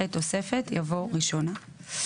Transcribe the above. אחרי "תוספת" יבוא "ראשונה".